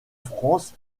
france